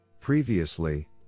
Previously